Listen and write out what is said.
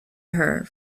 her